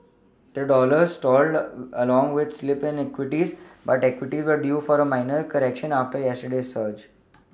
the dollar stalled along with the slip in equities but equities were due for a minor correction after yesterday's surge